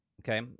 Okay